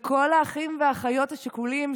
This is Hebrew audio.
לכל האחים והאחיות השכולים,